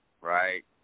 right